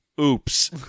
oops